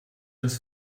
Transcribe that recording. das